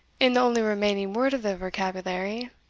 in the only remaining word of their vocabulary,